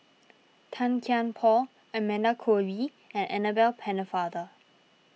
Tan Kian Por Amanda Koe Lee and Annabel Pennefather